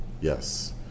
yes